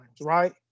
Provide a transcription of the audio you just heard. right